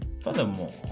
Furthermore